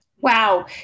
Wow